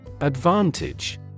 Advantage